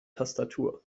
tastatur